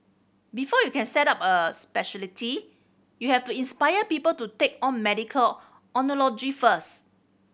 before you can set up a speciality you have to inspire people to take on medical oncology first